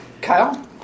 Kyle